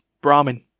Brahmin